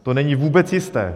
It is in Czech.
To není vůbec jisté.